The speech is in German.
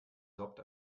jobbt